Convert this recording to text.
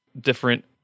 different